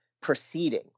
proceeding